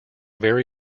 very